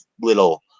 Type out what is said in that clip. little